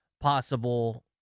possible